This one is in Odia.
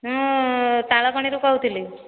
ମୁଁ ତାଳକଣି ରୁ କହୁଥିଲି